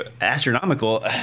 astronomical